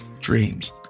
dreams